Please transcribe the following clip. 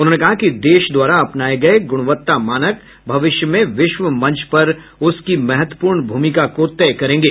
उन्होंने कहा कि देश द्वारा अपनाए गए गुणवत्ता मानक भविष्य में विश्व मंच पर उसकी महत्वपूर्ण भूमिका को तय करेंगे